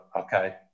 okay